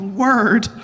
word